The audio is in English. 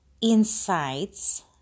insights